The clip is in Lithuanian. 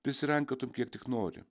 prisirankiotum kiek tik nori